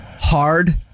hard